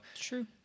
True